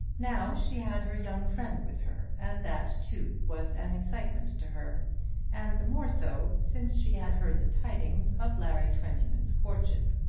now she had her young friend with her, and that too was an excitement to her and the more so since she had heard the tidings of larry twentyman's courtship.